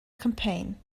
campaign